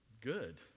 good